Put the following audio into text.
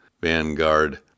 Vanguard